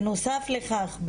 בנוסף לכך,